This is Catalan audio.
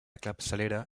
capçalera